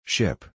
Ship